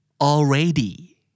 Already